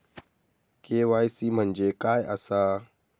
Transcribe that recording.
KYC म्हणजे काय आसा?